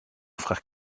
frère